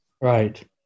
Right